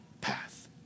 path